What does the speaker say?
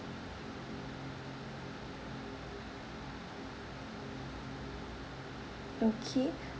okay